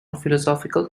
philosophical